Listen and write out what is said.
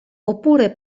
oppure